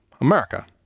America